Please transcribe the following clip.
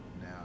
now